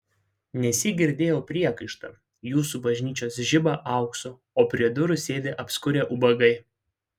nesyk girdėjau priekaištą jūsų bažnyčios žiba auksu o prie durų sėdi apskurę ubagai